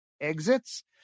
exits